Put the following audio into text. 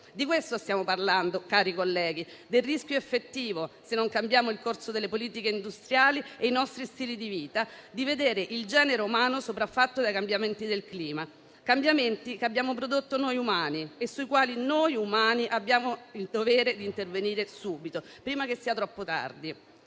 Di questo stiamo parlando, onorevoli colleghi, del rischio effettivo - se non cambiamo il corso delle politiche industriali e i nostri stili di vita - di vedere il genere umano sopraffatto dai cambiamenti del clima, che abbiamo prodotto noi umani e sui quali noi umani abbiamo il dovere di intervenire subito, prima che sia troppo tardi.